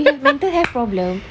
you have mental health problem